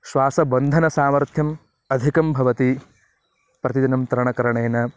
श्वासबन्धनसामर्थ्यम् अधिकं भवति प्रतिदिनं तरणकरणेन